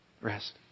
Rest